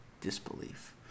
disbelief